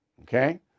Okay